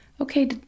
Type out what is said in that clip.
okay